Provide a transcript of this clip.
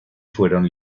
fueron